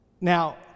Now